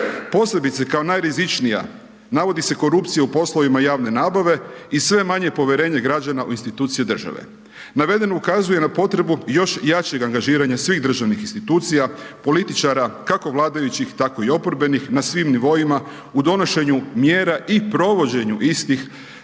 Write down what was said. Posljedice kao najrizičnija, navodi se korupcija u poslovima javne nabave i sve je manje povjerenje građana u institucije države. Navedeno ukazuje na potrebu još jačeg angažiranja svih državnih institucija, političara, kako vladajućih, tako i oporbenih, na svim nivoima, u donošenju mjera i provođenju istih,